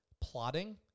plotting